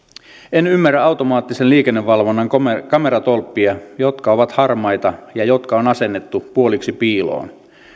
en ymmärrä automaattisen liikennevalvonnan kameratolppia jotka ovat harmaita ja jotka on asennettu puoliksi piiloon